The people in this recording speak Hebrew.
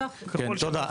תודה,